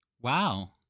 Wow